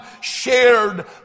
shared